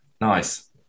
nice